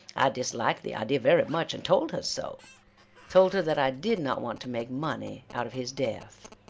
i disliked the idea very much, and told her so told her that i did not want to make money out of his death.